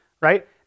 right